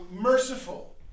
merciful